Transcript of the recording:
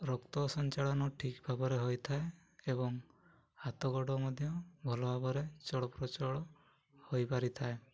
ରକ୍ତ ସଞ୍ଚାଳନ ଠିକ୍ ଭାବରେ ହୋଇଥାଏ ଏବଂ ହାତ ଗୋଡ଼ ମଧ୍ୟ ଭଲ ଭାବରେ ଚଳପ୍ରଚଳ ହୋଇପାରିଥାଏ